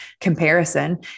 comparison